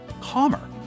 calmer